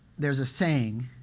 there's a saying